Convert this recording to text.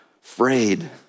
frayed